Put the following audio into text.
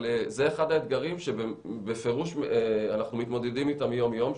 זה אחד האתגרים שבפירוש אנחנו מתמודדים איתם יום-יום.